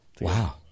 Wow